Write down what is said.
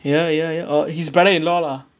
ya ya ya oh his brother in-law lah